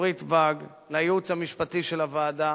דורית ואג, לייעוץ המשפטי של הוועדה,